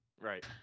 Right